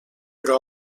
però